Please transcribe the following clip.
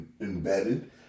embedded